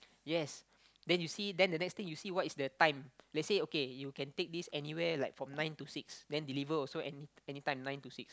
yes then you see then the next thing you see what is the time let's say okay you can take this anywhere like from nine to six then deliver also any anytime nine to six